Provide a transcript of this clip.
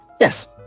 Yes